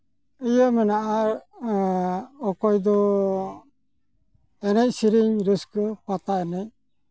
ᱤᱭᱟᱹ ᱢᱮᱱᱟᱜᱼᱟ ᱚᱠᱚᱭ ᱫᱚ ᱮᱱᱮᱡ ᱥᱮᱨᱮᱧ ᱨᱟᱹᱥᱠᱟᱹ ᱯᱟᱛᱟ ᱮᱱᱮᱡᱽ